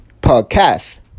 Podcast